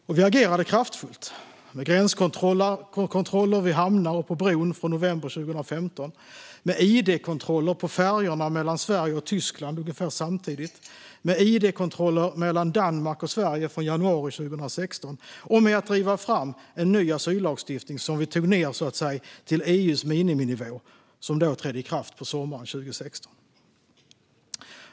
Och vi agerade kraftfullt, med gränskontroller vid hamnar och på Öresundsbron från november 2015, med id-kontroller på färjorna mellan Sverige och Tyskland ungefär samtidigt, med id-kontroller mellan Danmark och Sverige från januari 2016 och med att driva fram en ny asyllagstiftning som vi tog ned till EU:s miniminivå. Lagen trädde i kraft på sommaren 2016.